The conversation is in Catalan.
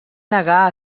negar